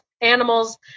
animals